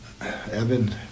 Evan